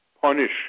punish